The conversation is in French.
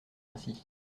ainsi